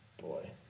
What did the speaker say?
Boy